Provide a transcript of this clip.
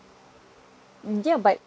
yeah but